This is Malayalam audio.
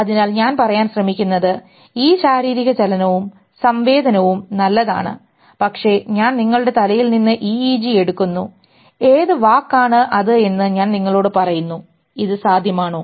അതിനാൽ ഞാൻ പറയാൻ ശ്രമിക്കുന്നത് ഈ ശാരീരിക ചലനവും സംവേദനവും നല്ലതാണ് പക്ഷേ ഞാൻ നിങ്ങളുടെ തലയിൽ നിന്ന് EEG എടുക്കുന്നു ഏത് വാക്കാണ് അത് എന്ന് ഞാൻ നിങ്ങളോട് പറയുന്നു ഇത് സാധ്യമാണോ